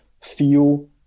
feel